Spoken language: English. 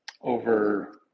over